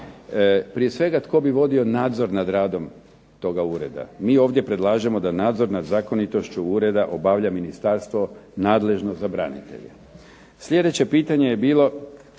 Prije svega tko bi vodio nadzor nad radom toga ureda? Mi ovdje predlažemo da nadzor nad zakonitošću ureda obavlja ministarstvo nadležno za branitelje. Sljedeće pitanje je bilo